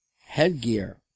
headgear